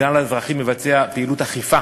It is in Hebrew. והמינהל האזרחי מבצע פעילות אכיפה